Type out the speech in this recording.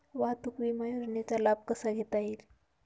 वाहतूक विमा योजनेचा लाभ कसा घेता येईल?